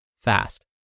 fast